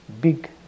big